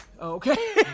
Okay